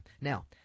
Now